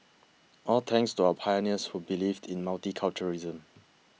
all thanks to our pioneers who believed in multiculturalism